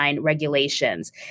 regulations